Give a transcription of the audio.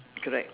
correct